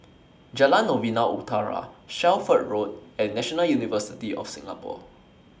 Jalan Novena Utara Shelford Road and National University of Singapore